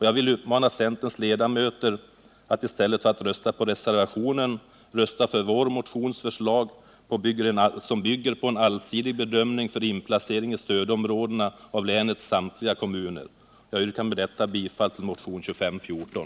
Jag vill uppmana centerns ledamöter att i stället för att rösta på reservationen rösta på vår motions förslag, som bygger på en allsidig bedömning för inplacering i stödområdena av länets samtliga kommuner. Jag yrkar med dessa ord bifall till motionen 2514.